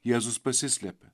jėzus pasislėpė